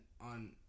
on